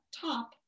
top